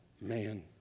man